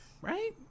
right